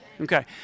Okay